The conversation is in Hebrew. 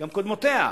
גם בקודמותיה.